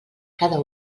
cada